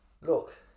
Look